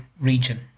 region